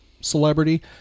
celebrity